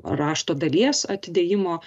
rašto dalies atidėjimo